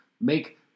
make